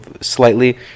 slightly